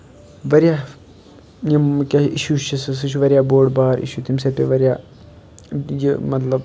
واریاہ یِم کیٛاہ اِشوٗ چھِ سُہ سُہ چھُ واریاہ بوٚڈ بار اِشوٗ تمہِ سۭتۍ پے واریاہ یہِ مطلب